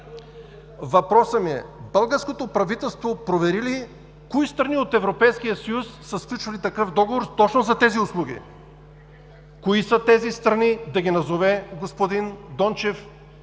Въпросът ми е: българското правителство провери ли, кои страни от Европейския съюз са сключвали такъв договор, точно за тези услуги? Кои са тези страни – да ги назове господин Дончев,